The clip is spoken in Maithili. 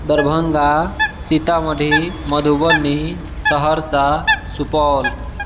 दरभङ्गा सीतामढ़ी मधुबनी सहरसा सुपौल